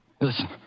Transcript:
Listen